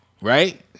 right